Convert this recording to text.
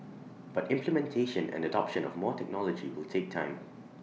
but implementation and adoption of more technology will take time